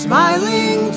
Smiling